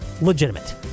legitimate